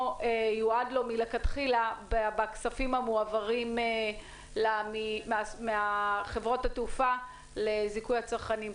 יועד לו מלכתחילה בכספים המועברים מחברות התעופה לזיכוי הצרכנים.